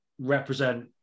represent